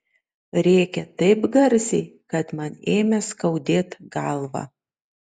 rėkė taip garsiai kad man ėmė skaudėt galvą